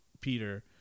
peter